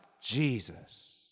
Jesus